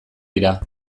dira